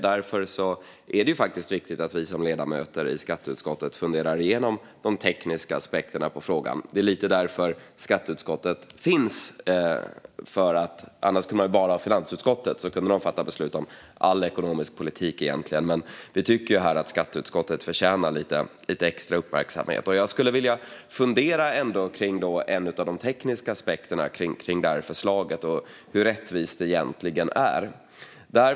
Därför är det viktigt att vi som ledamöter i skatteutskottet funderar igenom de tekniska aspekterna på frågorna. Det är lite därför skatteutskottet finns. Annars kunde man bara ha finansutskottet, så kunde det fatta beslut om egentligen all ekonomisk politik. Men vi här tycker ju att skatteutskottet förtjänar lite extra uppmärksamhet. Jag skulle vilja resonera om en av de tekniska aspekterna av det här förslaget och om hur rättvist det egentligen är.